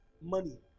money